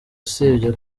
usibye